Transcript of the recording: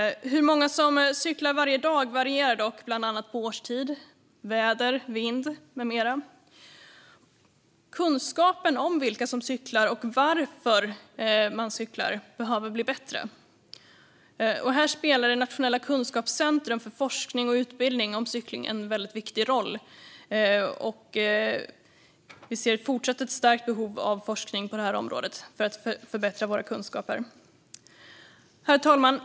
Hur många som cyklar varje dag varierar dock beroende på årstid, väder och vind med mera. Kunskapen om vilka som cyklar och varför de cyklar behöver bli bättre. Här spelar det nationella kunskapscentrumet för forskning och utbildning om cykling en väldigt viktig roll. Vi ser fortsatt ett starkt behov av forskning på det här området för att förbättra våra kunskaper. Herr talman!